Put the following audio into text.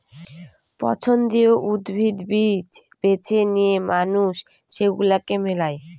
পছন্দীয় উদ্ভিদ, বীজ বেছে নিয়ে মানুষ সেগুলাকে মেলায়